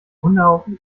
hundehaufen